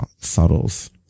subtles